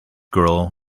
girl